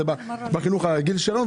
זה החינוך הרגיל שלנו,